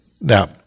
Now